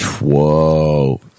whoa